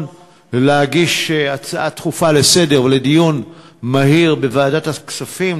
להגיש הצעה דחופה לסדר-היום ולדיון מהיר בוועדת הכספים.